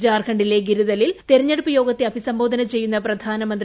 ഝാർഖണ്ഡിലെ ഗിരിധലിൽ തെരഞ്ഞെടുപ്പ് യോഗത്തെ അഭിസംബോധന ചെയ്യുന്ന പ്രധാനമന്ത്രി